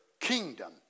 kingdom